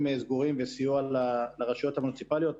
סגורים וסיוע לרשויות המוניציפאליות.